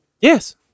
Yes